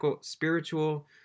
spiritual